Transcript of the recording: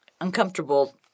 uncomfortable